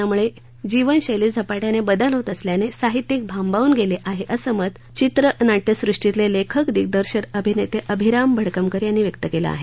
जागतिकीकरण आणि तंत्रज्ञानामुळे जीवनशैलीत झपाट्यानं बदल होत असल्यानं साहित्यिक भांबावून गेले आहेत असं मत चित्रनाट्यसुष्टीतले लेखक दिग्दर्शक अभिनेते अभिराम भडकमकर यांनी व्यक्त केलं आहे